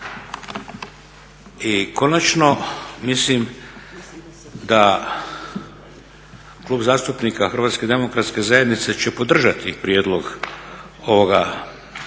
I konačno, mislim da Klub zastupnika Hrvatske demokratske zajednice će podržati prijedlog ovoga